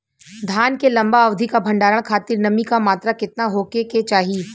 धान के लंबा अवधि क भंडारण खातिर नमी क मात्रा केतना होके के चाही?